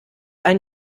ein